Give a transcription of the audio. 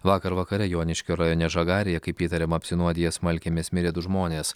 vakar vakare joniškio rajone žagarėje kaip įtariama apsinuodiję smalkėmis mirė du žmonės